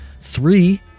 Three